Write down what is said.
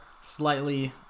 slightly